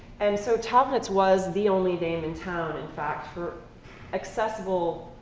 and so tauchnitz was the only name in town in fact for accessible